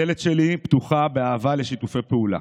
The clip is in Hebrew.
הדלת שלי פתוחה באהבה לשיתופי פעולה,